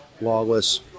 Lawless